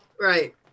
right